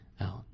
out